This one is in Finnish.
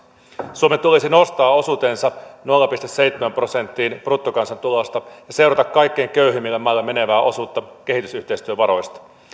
suomen tulisi nostaa osuutensa nolla pilkku seitsemään prosenttiin bruttokansantulosta ja seurata kaikkein köyhimmille maille menevää osuutta kehitysyhteistyövaroista